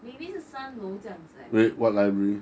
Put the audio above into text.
maybe 是三楼这样子 I think